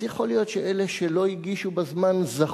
אז יכול להיות שאלה שלא הגישו זכו,